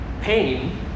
Pain